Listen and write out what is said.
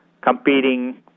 competing